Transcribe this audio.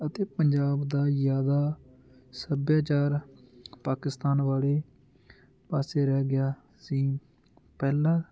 ਅਤੇ ਪੰਜਾਬ ਦਾ ਜ਼ਿਆਦਾ ਸੱਭਿਆਚਾਰ ਪਾਕਿਸਤਾਨ ਵਾਲੇ ਪਾਸੇ ਰਹਿ ਗਿਆ ਸੀ ਪਹਿਲਾਂ